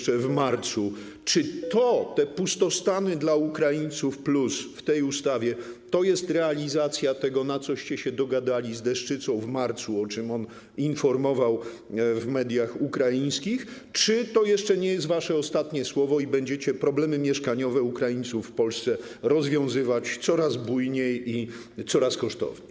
Czy te pustostany dla Ukraińców+ w tej ustawie to jest realizacja tego, na coście się dogadali z Deszczycą w marcu, o czym on informował w mediach ukraińskich, czy to jeszcze nie jest wasze ostatnie słowo i będziecie problemy mieszkaniowe Ukraińców w Polsce rozwiązywać coraz bujniej i coraz kosztowniej?